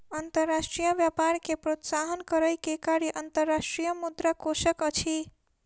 अंतर्राष्ट्रीय व्यापार के प्रोत्साहन करै के कार्य अंतर्राष्ट्रीय मुद्रा कोशक अछि